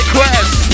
Quest